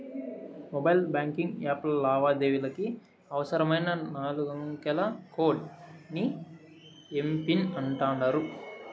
mobile banking యాప్ల లావాదేవీలకి అవసరమైన నాలుగంకెల కోడ్ ని ఎమ్.పిన్ అంటాండారు